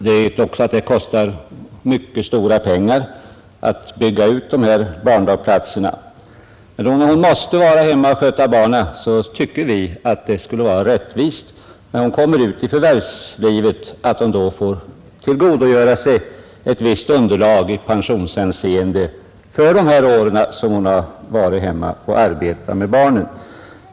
Det är klart att det också kostar mycket stora pengar att bygga ut dessa barntillsynsplatser. Men när hon har varit tvungen att stanna hemma och sköta barnen tycker vi att det vore rättvist, att hon när hon kommer ut i förvärvslivet får tillgodogöra sig ett visst underlag i pensionshänseende för de år som hon varit hemma och arbetat med barnen.